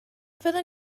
fyddwn